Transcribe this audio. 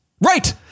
Right